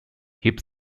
hip